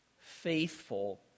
faithful